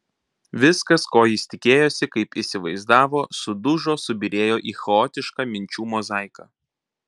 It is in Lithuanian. viskas ko jis tikėjosi kaip įsivaizdavo sudužo subyrėjo į chaotišką minčių mozaiką